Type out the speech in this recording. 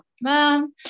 man